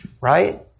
right